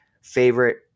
favorite